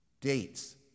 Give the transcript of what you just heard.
dates